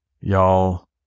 y'all